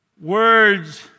Words